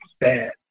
bad